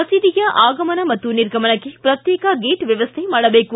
ಮಸೀದಿಯ ಆಗಮನ ಮತ್ತು ನಿರ್ಗಮನಕ್ಕೆ ಪ್ರತ್ತೇಕ ಗೇಟ್ ವ್ವವೈ ಮಾಡಬೇಕು